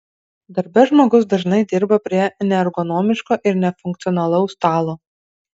darbe žmogus dažnai dirba prie neergonomiško ir nefunkcionalaus stalo